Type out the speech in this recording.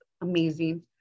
amazing